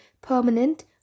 permanent